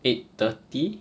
eight thirty